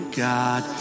god